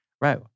right